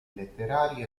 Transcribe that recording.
letterari